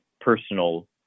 personal